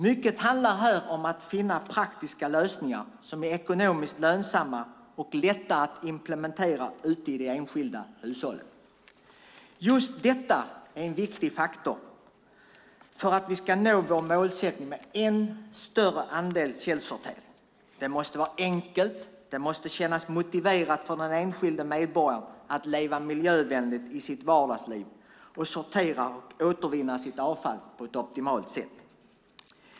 Mycket här handlar om att finna praktiska lösningar som är ekonomiskt lönsamma och lätta att implementera ute i de enskilda hushållen. Just detta är en viktig faktor för att nå vårt mål om en ännu större andel källsortering. Det måste vara enkelt och det måste kännas motiverat för den enskilde medborgaren att leva miljövänligt i sitt vardagsliv och att sortera och återvinna sitt avfall på ett optimalt sätt.